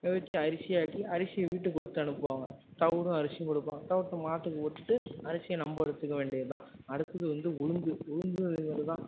வெவிச்சு அரிசியாக்கி அரிசியை வீட்டுக்கு கொடுத்து அனுப்புவாங்க தவிடும் அரிசியும் கொடுப்பாங்க தவிட்ட மாட்டுக்கு போட்டுட்டு அரிசியிய நம்ப எடுத்துக்க வேண்டியதுதான் அடுத்தது வந்து உளுந்து உளுந்தும் அதே மாதிரிதான்